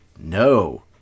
No